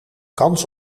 kans